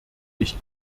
ich